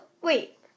Wait